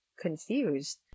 confused